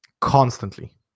constantly